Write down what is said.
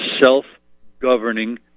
self-governing